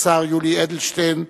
השר יולי אדלשטיין,